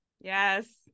Yes